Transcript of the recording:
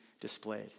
displayed